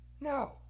no